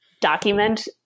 document